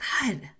God